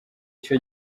cyo